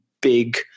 big